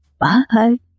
Bye